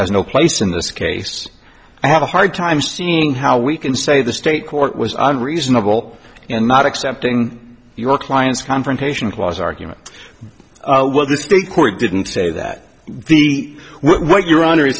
has no place in this case i have a hard time seeing how we can say the state court was on reasonable and not accepting your client's confrontation clause argument while the state court didn't say that the what your honor